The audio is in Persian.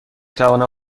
توانم